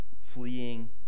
fleeing